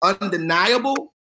undeniable